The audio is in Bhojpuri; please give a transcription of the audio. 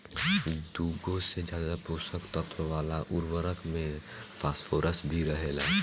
दुगो से ज्यादा पोषक तत्व वाला उर्वरक में फॉस्फोरस भी रहेला